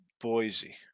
Boise